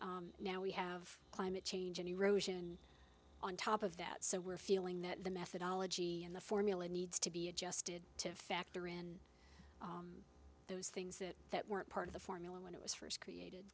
surge now we have climate change and erosion on top of that so we're feeling that the methodology and the formula needs to be adjusted to factor in those things that that weren't part of the formula when it was first created